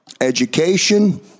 Education